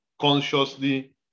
consciously